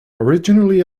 originally